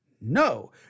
No